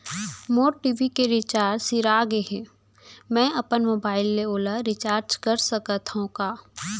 मोर TV के recharge सिरा गे हे, मैं अपन मोबाइल ले ओला रिचार्ज करा सकथव का?